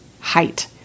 height